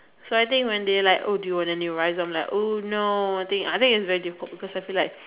so I think when they like oh do you want any rice I'm like oh no I think I think is very difficult because I feel like